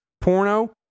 porno